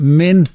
men